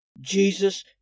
Jesus